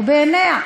או בעיניה.